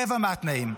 רבע מהתנאים.